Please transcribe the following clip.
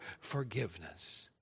forgiveness